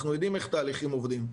אנחנו יודעים איך תהליכים עובדים.